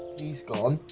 he's gone,